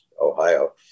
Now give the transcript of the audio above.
Ohio